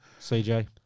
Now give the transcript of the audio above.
CJ